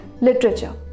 literature